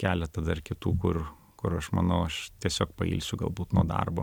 keletą dar kitų kur kur aš manau aš tiesiog pailsiu galbūt nuo darbo